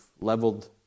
leveled